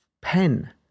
pen